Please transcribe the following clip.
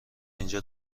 اینجا